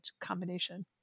combination